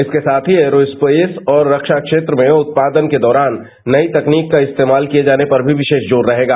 इसके साथ ही एयऐसेस और खा क्षेत्र में उत्पादन के दौरान नयी तकनीक का इस्तेमाल किये जाने पर भी विशेष जार रहेगा